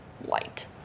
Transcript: light